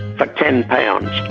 but ten pounds.